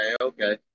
okay